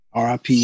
RIP